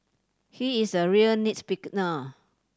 he is a real nits